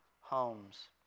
homes